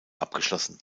abgeschlossen